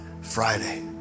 Friday